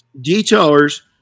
detailers